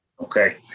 okay